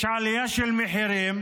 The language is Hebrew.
יש עלייה של מחירים,